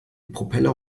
propeller